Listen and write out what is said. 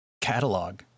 catalog